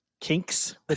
kinks